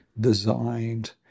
designed